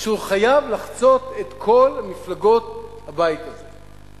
שהוא חייב לחצות את כל מפלגות הבית הזה,